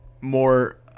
more